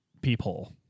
peephole